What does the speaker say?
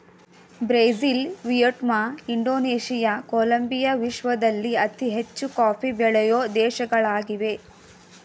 Brazil, Vietnam, Indonesia, Colombia ವಿಶ್ವದಲ್ಲಿ ಅತಿ ಹೆಚ್ಚು ಕಾಫಿ ಬೆಳೆಯೂ ದೇಶಗಳಾಗಿವೆ